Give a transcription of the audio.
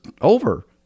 over